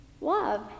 love